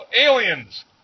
Aliens